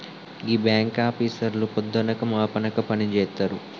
గీ బాంకాపీసర్లు పొద్దనక మాపనక పనిజేత్తరు